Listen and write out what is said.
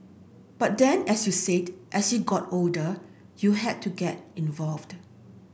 but then as you said as you got older you had to get involved